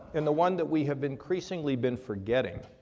and the one that we have increasingly been forgetting,